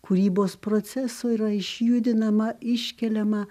kūrybos proceso yra išjudinama iškeliama